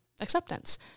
acceptance